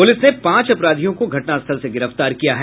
police ने पांच अपराधियों को घटनास्थल से गिरफ्तार किया है